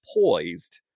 poised